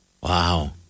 Wow